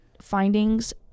findings